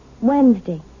Wednesday